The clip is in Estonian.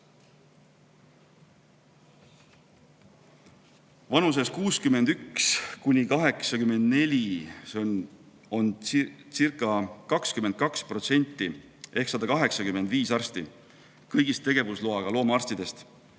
Vanuses 61–84 oncirca22% ehk 185 arsti kõigist tegevusloaga loomaarstidest.